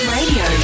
Radio